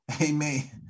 Amen